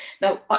Now